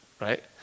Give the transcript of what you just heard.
right